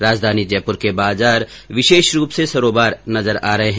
राजधानी जयपुर के बाजार विशेष रोशनी से सरोबार नजर आ रहे है